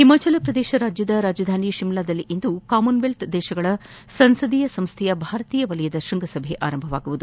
ಹಿಮಾಚಲ ಶ್ರದೇಶದ ರಾಜಧಾನಿ ಶಿಮ್ಲಾದಲ್ಲಿಂದು ಕಾಮನ್ವೆಲ್ತ್ ರಾಷ್ಷಗಳ ಸಂಸದೀಯ ಸಂಸ್ಟೆಯ ಭಾರತೀಯ ವಲಯದ ಶೃಂಗಸಭೆ ಆರಂಭವಾಗಲಿದೆ